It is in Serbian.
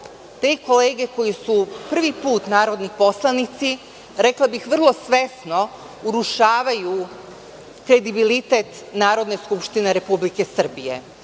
te kolege koji su prvi put narodni poslanici rekla bih vrlo svesno urušavaju kredibilitet Narodne skupštine Republike Srbije. Takođe,